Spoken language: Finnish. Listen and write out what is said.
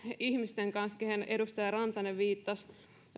ihmisten kanssa keihin edustaja rantanen viittasi